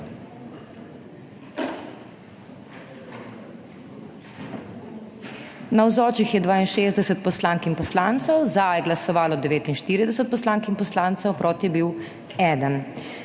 Navzočih je 62 poslank in poslancev, za je glasovalo 49 poslank in poslancev, proti je bil